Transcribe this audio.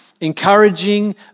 Encouraging